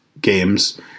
games